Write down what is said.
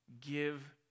give